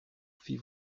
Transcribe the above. fit